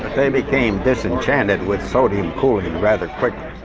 they became disenchanted with sodium cooling rather quickly.